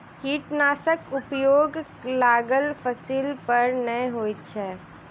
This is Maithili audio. कीटनाशकक उपयोग लागल फसील पर नै होइत अछि